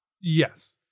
Yes